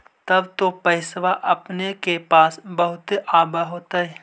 तब तो पैसबा अपने के पास बहुते आब होतय?